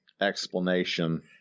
explanation